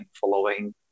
following